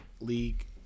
League